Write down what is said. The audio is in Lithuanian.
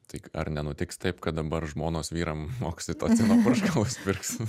tai ar nenutiks taip kad dabar žmonos vyram oksitocino purškalus pirks